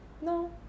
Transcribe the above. No